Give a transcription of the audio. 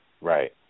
Right